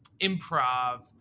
improv